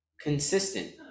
consistent